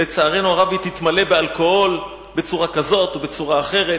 לצערנו הרב היא תתמלא באלכוהול בצורה כזאת או בצורה אחרת,